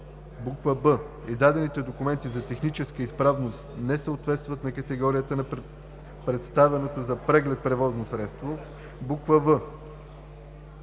б) издадените документи за техническа изправност не съответстват на категорията на представеното за преглед превозно средство; в) за